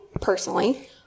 personally